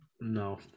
no